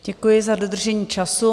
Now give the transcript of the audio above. Děkuji za dodržení času.